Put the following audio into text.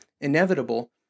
inevitable